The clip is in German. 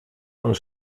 und